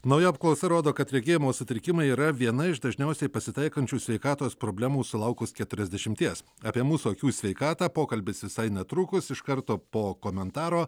nauja apklausa rodo kad regėjimo sutrikimai yra viena iš dažniausiai pasitaikančių sveikatos problemų sulaukus keturiasdešimties apie mūsų akių sveikatą pokalbis visai netrukus iš karto po komentaro